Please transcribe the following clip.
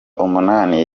umunani